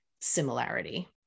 similarity